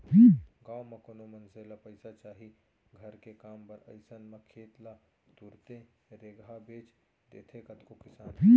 गाँव म कोनो मनसे ल पइसा चाही घर के काम बर अइसन म खेत ल तुरते रेगहा बेंच देथे कतको किसान